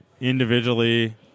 individually